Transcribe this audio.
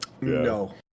no